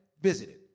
visited